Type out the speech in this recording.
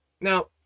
Now